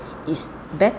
is bet~